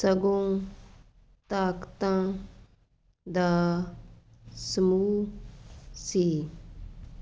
ਸਗੋਂ ਤਾਕਤਾਂ ਦਾ ਸਮੂਹ ਸੀ